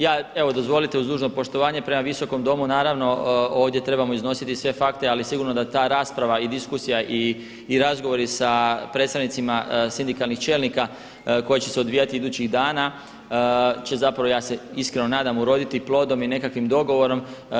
Ja, evo dozvolite uz dužno poštovanje prema Visokom domu naravno ovdje trebamo iznositi sve fakte, ali sigurno da ta rasprava i diskusija i razgovori sa predstavnicima sindikalnih čelnika koje će se odvijati idućih dana će zapravo ja se iskreno nadam uroditi plodom i nekakvim dogovorom.